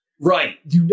Right